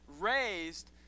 Raised